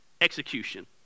execution